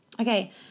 Okay